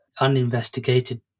uninvestigated